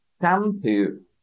shampoo